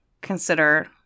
consider